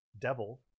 devil